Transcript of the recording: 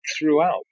throughout